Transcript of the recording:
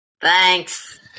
Thanks